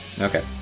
Okay